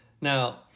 Now